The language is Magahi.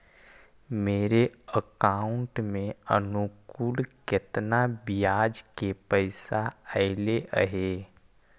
मेरे अकाउंट में अनुकुल केतना बियाज के पैसा अलैयहे?